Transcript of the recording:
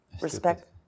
respect